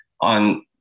on